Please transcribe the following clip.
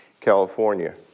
California